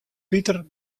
piter